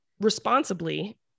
responsibly